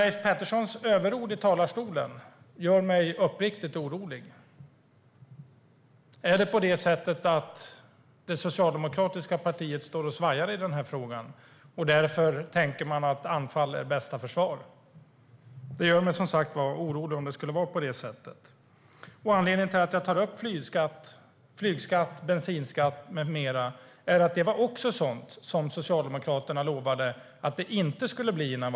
Leif Petterssons överord i talarstolen gör mig uppriktig orolig. Är det på det sättet att det socialdemokratiska partiet står och svajar i den här frågan och därför tycker att anfall är bästa försvar? Anledningen till att jag tar upp flygskatt, bensinskatt med mera är att det var sådant som Socialdemokraterna före valet lovade att inte införa.